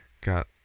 got